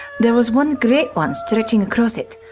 there was one great one stretching across it.